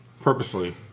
purposely